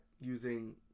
using